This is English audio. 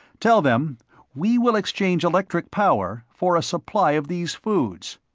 tell them we will exchange electric power for a supply of these foods.